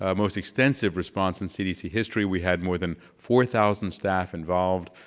um most extensive response in cdc history. we had more than four thousand staff involved,